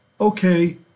okay